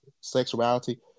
sexuality